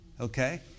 Okay